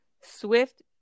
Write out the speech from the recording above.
swift